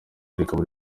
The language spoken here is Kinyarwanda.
rikaba